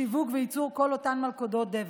שיווק וייצור של כל אותן מלכודות דבק.